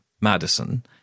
Madison